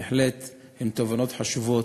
הן בהחלט תובנות חשובות.